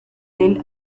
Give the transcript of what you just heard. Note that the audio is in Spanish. del